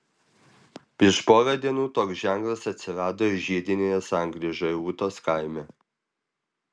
prieš porą dienų toks ženklas atsirado ir žiedinėje sankryžoje ūtos kaime